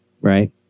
right